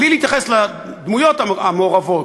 בלי להתייחס לדמויות המעורבות.